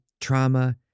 trauma